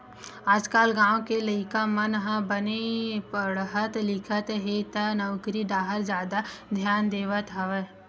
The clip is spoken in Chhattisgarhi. आजकाल गाँव के लइका मन ह बने पड़हत लिखत हे त नउकरी डाहर जादा धियान देवत हवय